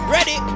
Ready